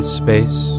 space